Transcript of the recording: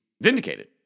vindicated